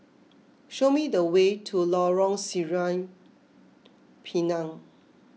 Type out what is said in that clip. show me the way to Lorong Sireh Pinang